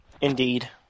Indeed